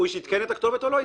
הוא עדכן את הכתובת או לא?